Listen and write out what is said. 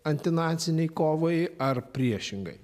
antinacinei kovai ar priešingai